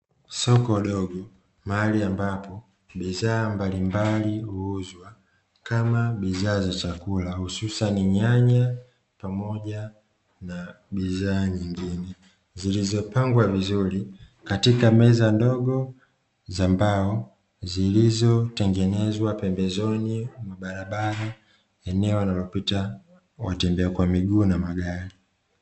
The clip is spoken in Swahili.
Soko dogo mahali ambapo bidhaa mbalimbali huuzwa kama bidhaa za chakula hususani nyanya pamoja na bidhaa nyingine, zilizopangwa vizuri katika meza ndogo za mbao zilizotengenezwa pembezoni mwa barabara eneo wanalopita watembea kwa miguu na magari.